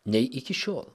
nei iki šiol